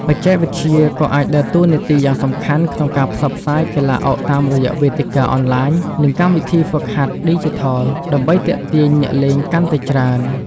បច្ចេកវិទ្យាក៏អាចដើរតួនាទីយ៉ាងសំខាន់ក្នុងការផ្សព្វផ្សាយកីឡាអុកតាមរយៈវេទិកាអនឡាញ និងកម្មវិធីហ្វឹកហាត់ឌីជីថល ដើម្បីទាក់ទាញអ្នកលេងកាន់តែច្រើន។